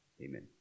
Amen